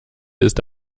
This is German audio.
ist